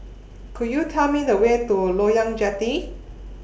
Could YOU Tell Me The Way to Loyang Jetty